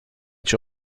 cię